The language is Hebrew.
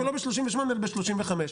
ולא ב-38% אלא ב-35%.